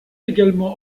également